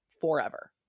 forever